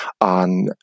on